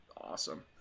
awesome